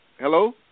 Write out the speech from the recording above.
Hello